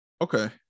Okay